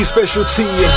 Specialty